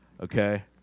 Okay